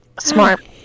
Smart